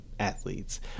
athletes